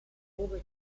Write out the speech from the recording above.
ove